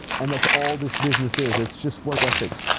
and that's all this business is, it's just work ethic.